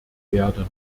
werden